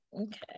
Okay